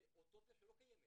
זה אוטופיה שלא קיימת.